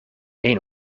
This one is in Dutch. een